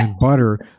butter